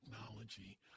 technology